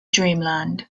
dreamland